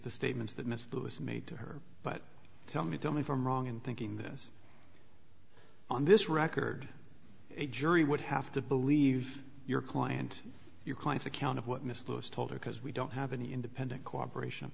the statements that mr lewis made to her but tell me tell me if i'm wrong in thinking this on this record a jury would have to believe your client your client's account of what miss lewis told her because we don't have any independent cooperation